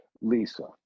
Lisa